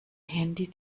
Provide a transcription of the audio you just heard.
handy